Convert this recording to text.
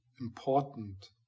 important